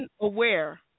aware